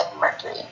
Mercury